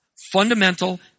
Fundamental